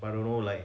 I don't know like